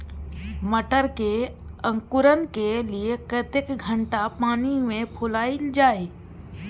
मटर के अंकुरण के लिए कतेक घंटा पानी मे फुलाईल जाय?